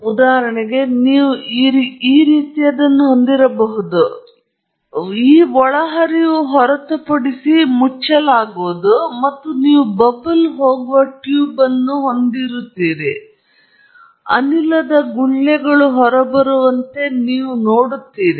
ಉದಾಹರಣೆಗೆ ನೀವು ಈ ರೀತಿಯದ್ದನ್ನು ಹೊಂದಿರಬಹುದು ನಂತರ ಈ ಒಳಹರಿವು ಹೊರತುಪಡಿಸಿ ಮುಚ್ಚಲಾಗುವುದು ಮತ್ತು ನೀವು ಬಬಲ್ಸ್ಲರ್ಗೆ ಹೋಗುವ ಟ್ಯೂಬ್ ಅನ್ನು ಹೊಂದಿರುತ್ತೀರಿ ಮತ್ತು ಅನಿಲದ ಗುಳ್ಳೆಗಳು ಹೊರಬರುವಂತೆ ನೀವು ನೋಡುತ್ತೀರಿ